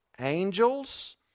Angels